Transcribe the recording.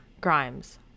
grimes